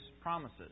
promises